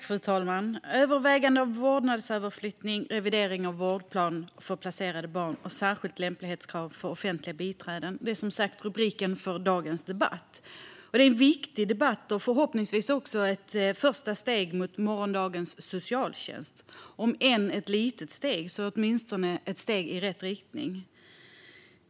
Fru talman! Övervägande av vårdnadsöverflyttning, revidering av vårdplan för placerade barn och särskilda lämplighetskrav för offentliga biträden är som sagt rubriken på betänkandet som vi debatterar i dag. Det är en viktig debatt och förhoppningsvis ett första steg mot morgondagens socialtjänst. Det är ett litet steg men åtminstone ett steg i rätt riktning.